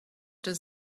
does